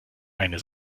eine